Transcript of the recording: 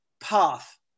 path